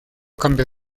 cambio